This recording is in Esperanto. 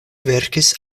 verkis